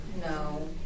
No